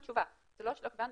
זה לא שלא קיבלנו,